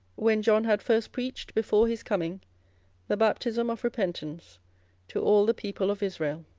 when john had first preached before his coming the baptism of repentance to all the people of israel.